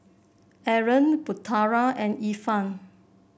Aaron Putera and Irfan